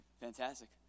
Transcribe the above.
fantastic